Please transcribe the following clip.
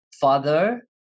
Father